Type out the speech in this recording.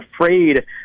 afraid